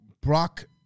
Brock